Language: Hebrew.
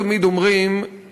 תמיד אומרים,